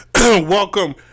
Welcome